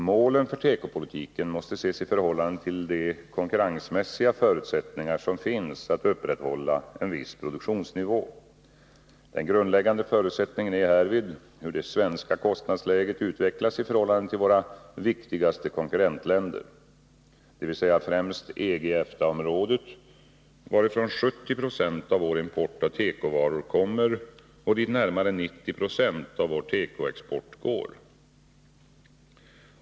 Målen för tekopolitiken måste ses i förhållande till de konkurrensmässiga förutsättningar som finns att upprätthålla en viss produktionsnivå. Den grundläggande förutsättningen är härvid hur det svenska kostnadsläget utvecklas i förhållande till våra viktigaste konkurrentländer, dvs. främst EG och EFTA-området varifrån 70 26 av vår import av tekovaror kommer och dit närmare 90 26 av vår tekoexport går.